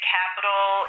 capital